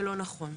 ולא נכון.